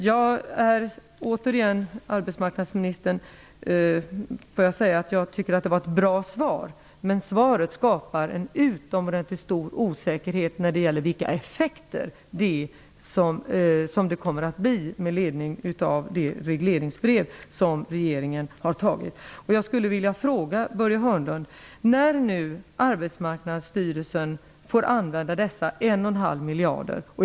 Jag vill återigen, arbetsmarknadsministern, säga att jag tycker att det var ett bra svar men att det skapar en utomordentligt stor osäkerhet när det gäller effekterna av det av regeringen utfärdade regleringsbrevet. Arbetsmarknadsministern får nu möjlighet att använda de aktuella 1 1/2 miljarderna.